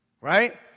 Right